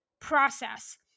process